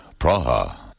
Praha